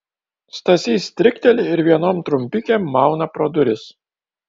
stasys strikteli ir vienom trumpikėm mauna pro duris